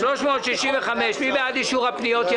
מי בעד אישור הפניות?